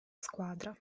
squadra